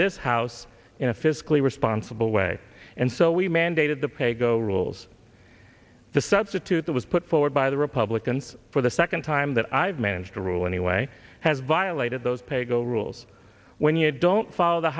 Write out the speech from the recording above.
this house in a fiscally responsible way and so we mandated the pay the rules the substitute that was put forward by the republicans for the second time that i've managed to rule anyway has violated those paygo rules when you don't follow the